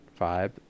vibe